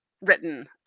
written